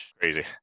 Crazy